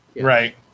right